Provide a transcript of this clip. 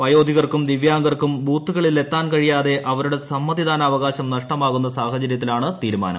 വയോധിക്ടർക്കും ദിവ്യാംഗർക്കും ബൂത്തുകളിലെത്താൻ കഴിയാതെ അവരുടെ സമ്മതിദ്ദാനാവകാശം നഷ്ടമാകുന്ന സാഹചര്യത്തിലാണ് തീരുമാനം